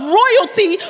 royalty